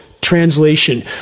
Translation